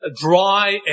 dry